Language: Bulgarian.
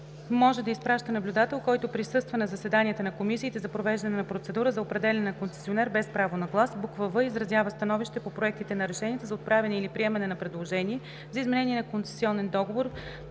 може да изпраща наблюдател, който присъства на заседанията на комисиите за провеждане на процедура за определяне на концесионер без право на глас; в) изразява становище по проектите на решения за отправяне или приемане на предложение за изменение на концесионен договор